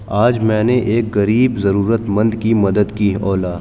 آج میں نے ایک غریب ضرورت مند کی مدد کی اولا